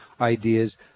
ideas